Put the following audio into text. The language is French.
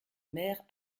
mère